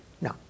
No